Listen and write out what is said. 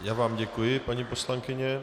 Já vám děkuji, paní poslankyně.